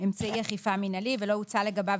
אמצעי אכיפה מינהלית ולא הוצא לגביו,